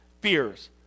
fears